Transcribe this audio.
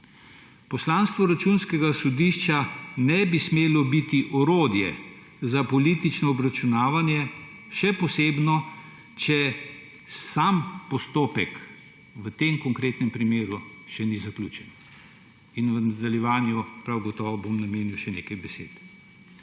Poslanstvo Računskega sodišča ne bi smelo biti orodje za politično obračunavanje, še posebno, če sam postopek v tem konkretnem primeru še ni zaključen. V nadaljevanju bom temu prav gotovo namenil še nekaj besed.